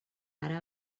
ara